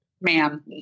ma'am